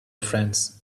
friends